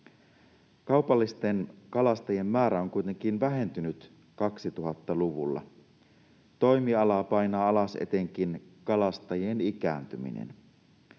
Kaupallisten kalastajien määrä on kuitenkin vähentynyt 2000-luvulla. Toimialaa painaa alas etenkin kalastajien ikääntyminen.